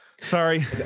sorry